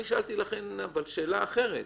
אני שאלתי שאלה אחרת: